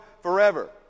forever